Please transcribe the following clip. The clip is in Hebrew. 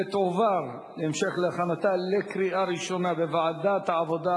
ותועבר להמשך הכנתה לקריאה ראשונה בוועדת העבודה,